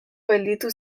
gelditu